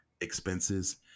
expenses